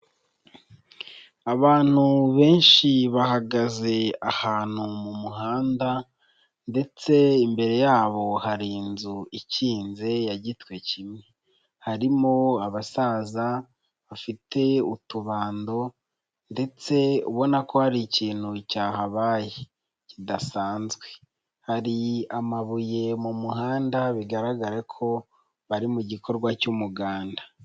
Abantu benshi bahagaze ahantu mu muhanda ndetse imbere yabo hari inzu ikinze ya gitwe kimwe, harimo abasaza bafite utubando ndetse ubona ko hari ikintu cyahabaye kidasanzwe, hari amabuye mu muhanda bigaragarare ko bari mu gikorwa cy'umuganda.